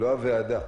לא הוועדה.